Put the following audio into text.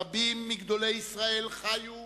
רבים מגדולי ישראל חיו,